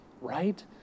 right